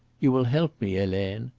you will help me, helene?